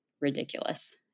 ridiculous